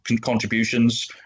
contributions